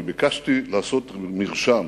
אני ביקשתי לעשות מרשם,